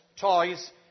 toys